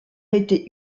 été